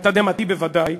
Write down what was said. לתדהמתי בוודאי,